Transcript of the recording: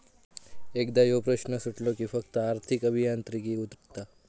एकदा ह्यो प्रश्न सुटलो कि फक्त आर्थिक अभियांत्रिकी उरता